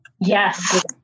Yes